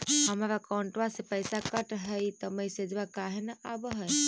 हमर अकौंटवा से पैसा कट हई त मैसेजवा काहे न आव है?